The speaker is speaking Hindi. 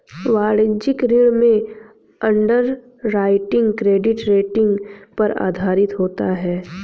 वाणिज्यिक ऋण में अंडरराइटिंग क्रेडिट रेटिंग पर आधारित होता है